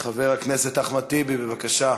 חבר הכנסת אחמד טיבי, בבקשה.